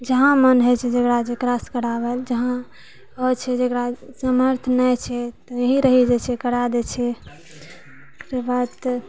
जहाँ मन होइ छै जकरा जकरासँ करावल होइ छै जकरा सामर्थ्य नहि छै तऽ वहि रहि जाइ छै करा दै छै ओकरा बाद